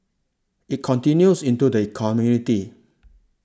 it continues into the community